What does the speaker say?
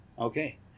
Okay